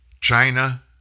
China